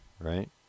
right